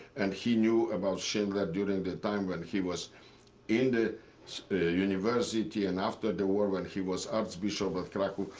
and he knew about schindler during the time when he was in the university. and after the war when he was archbishop of krakow,